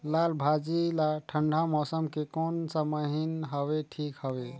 लालभाजी ला ठंडा मौसम के कोन सा महीन हवे ठीक हवे?